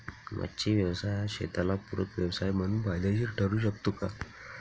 मच्छी व्यवसाय हा शेताला पूरक व्यवसाय म्हणून फायदेशीर ठरु शकतो का?